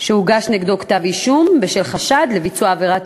שהוגש נגדו כתב-אישום בשל חשד לביצוע עבירת